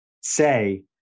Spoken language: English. say